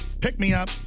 pick-me-up